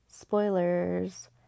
Spoilers